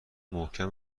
محکم